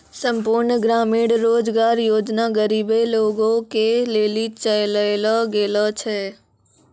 संपूर्ण ग्रामीण रोजगार योजना गरीबे लोगो के लेली चलैलो गेलो छै